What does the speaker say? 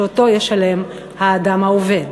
שאותו ישלם האדם העובד.